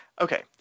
Okay